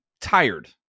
tired